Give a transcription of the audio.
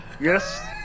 Yes